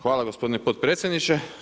Hvala gospodine potpredsjedniče.